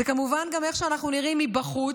זה כמובן גם איך שאנחנו נראים מבחוץ,